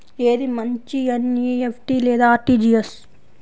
ఏది మంచి ఎన్.ఈ.ఎఫ్.టీ లేదా అర్.టీ.జీ.ఎస్?